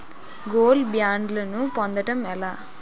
Gold బ్యాండ్లను పొందటం ఎలా?